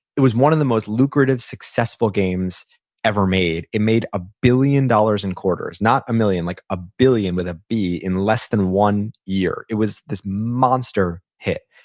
it was one of the most lucrative, successful games ever made. it made a billion dollars in quarters, not a million, like a billion with a b, in less than one year. it was this monster hit.